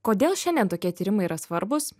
kodėl šiandien tokie tyrimai yra svarbūs